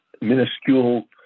minuscule